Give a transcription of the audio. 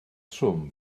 trwm